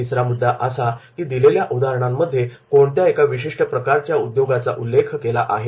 तिसरा महत्त्वाचा मुद्दा असा की दिलेल्या उदाहरणांमध्ये कोणत्या एका विशिष्ट प्रकारच्या उद्योगाचा उल्लेख केला आहे